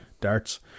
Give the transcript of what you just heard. Darts